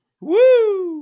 Woo